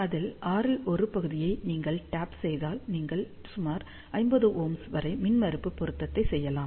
அதில் ஆறில் ஒரு பகுதியை நீங்கள் டேப் செய்தால் நீங்கள் சுமார் 50Ω வரை மின்மறுப்பு பொருத்தத்தை செய்யலாம்